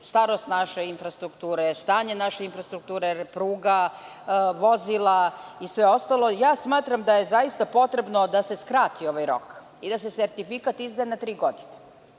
starost naše infrastrukture, stanje naše infrastrukture, pruga, vozila i sve ostalo, smatram da je zaista potrebno da se skrati ovaj rok i da se sertifikat izdaje na tri godine.